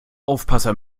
aufpasser